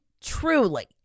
truly